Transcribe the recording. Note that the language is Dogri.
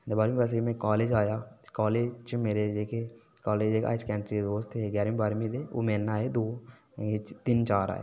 ते बाह्रमीं पास करियै में काॅलेज च आया कालेज च मेरे कालेज जेह्के हाई स्कैंड्ररी दे दोस्त हे जेह्रके ञारमीं बाह्ऱमीं दे ओह् मेरे नै आए दो तिन्न चार आए